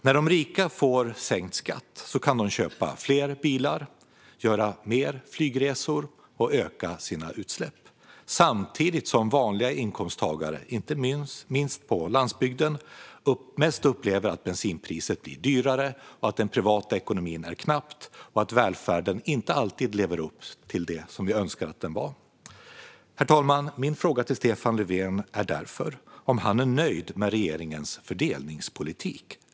När de rika får sänkt skatt kan de köpa fler bilar, göra fler flygresor och öka sina utsläpp, samtidigt som vanliga inkomsttagare, inte minst på landsbygden, mest upplever att bensinen blir dyrare, att den privata ekonomin är knapp och att välfärden inte alltid lever upp till det vi önskar. Herr talman! Min fråga till Stefan Löfven är därför om han är nöjd med regeringens fördelningspolitik.